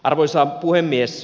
arvoisa puhemies